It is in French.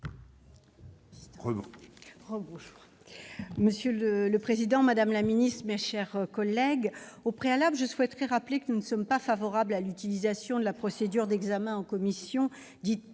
Monsieur le président, madame la secrétaire d'État, mes chers collègues, en préambule, je souhaiterais rappeler que nous ne sommes pas favorables à l'utilisation par le Sénat de la procédure d'examen en commission, dite